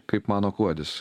kaip mano kuodis